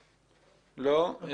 לא.